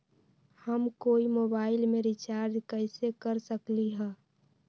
हम कोई मोबाईल में रिचार्ज कईसे कर सकली ह?